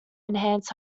enhance